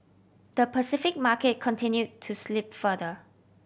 the Pacific market continue to slip further